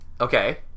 Okay